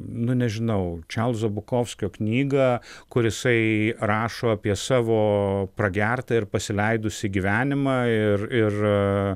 nu nežinau čarlzo bukovskio knygą kur jisai rašo apie savo pragertą ir pasileidusį gyvenimą ir ir